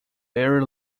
very